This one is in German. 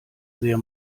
sehr